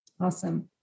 Awesome